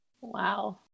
Wow